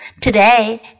Today